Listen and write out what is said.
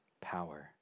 power